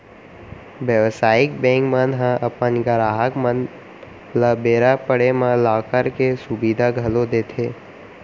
बेवसायिक बेंक मन ह अपन गराहक मन ल बेरा पड़े म लॉकर के सुबिधा घलौ देथे